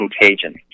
contagion